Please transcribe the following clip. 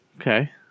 Okay